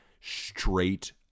straight